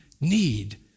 need